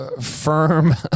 firm